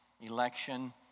election